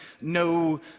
no